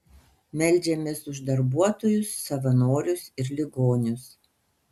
meldžiamės už darbuotojus savanorius ir ligonius